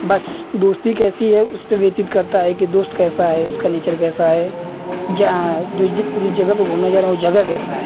बस दोस्ती कैसी है उसपे व्यतीत करता है कि दोस्त कैसा है उसका नेचर कैसा है जा जो जिस जगह पर घूमने जा रहे हैं वो जगह कैसा है